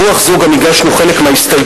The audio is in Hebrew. ברוח זו גם הגשנו חלק מההסתייגויות.